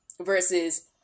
Versus